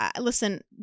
Listen